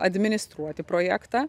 administruoti projektą